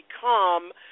become